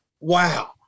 Wow